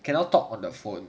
cannot talk on the phone